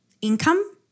income